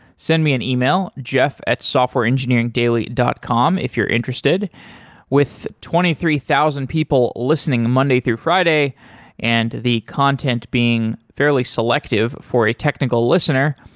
send me an e-mail jeff at softwareengineeringdaily dot com if you're interested with twenty three thousand people listening monday through friday and the content being fairly selective for a technical listener,